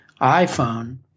iPhone